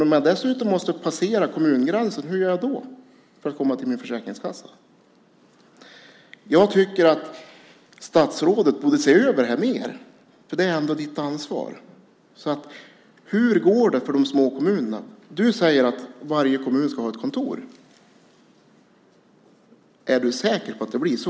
Om jag dessutom måste passera kommungränsen, hur gör jag då för att komma till min försäkringskassa? Jag tycker att statsrådet borde se över mer hur det kommer att gå för de små kommunerna, för det är ändå hennes ansvar. Du, statsrådet, säger att varje kommun ska ha ett kontor. Är du säker på att det blir så?